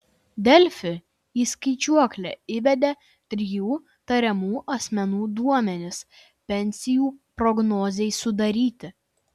delfi į skaičiuoklę įvedė trijų tariamų asmenų duomenis pensijų prognozei sudaryti